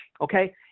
okay